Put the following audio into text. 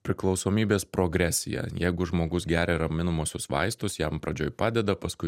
priklausomybės progresija jeigu žmogus geria raminamuosius vaistus jam pradžioj padeda paskui